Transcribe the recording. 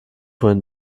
wohin